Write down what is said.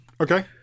Okay